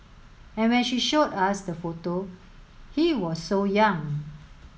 and when she showed us the photo he was so young